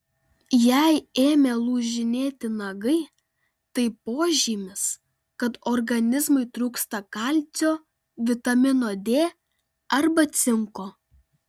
jei ėmė lūžinėti nagai tai požymis kad organizmui trūksta kalcio vitamino d arba cinko